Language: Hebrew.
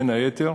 בין היתר,